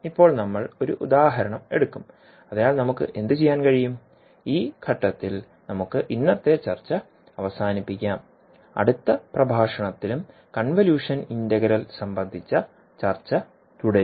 ഇപ്പോൾ നമ്മൾ ഒരു ഉദാഹരണം എടുക്കും അതിനാൽ നമുക്ക് എന്തുചെയ്യാൻ കഴിയും ഈ ഘട്ടത്തിൽ നമുക്ക് ഇന്നത്തെ ചർച്ച അവസാനിപ്പിക്കാം അടുത്ത പ്രഭാഷണത്തിലും കൺവല്യൂഷൻ ഇന്റഗ്രൽ സംബന്ധിച്ച ചർച്ച തുടരും